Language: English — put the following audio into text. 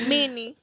Mini